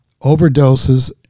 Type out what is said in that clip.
Overdoses